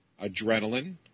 adrenaline